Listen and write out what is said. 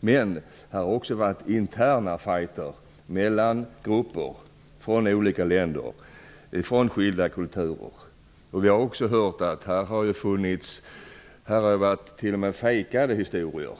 Men det har också förekommit interna fajter mellan grupper av människor från olika länder och från skilda kulturer. Vi har också hört att t.o.m. fejkade historier har förekommit.